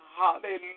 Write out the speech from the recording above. Hallelujah